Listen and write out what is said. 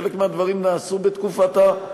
חלק מהדברים נעשו בתקופתה.